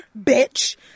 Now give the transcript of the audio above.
bitch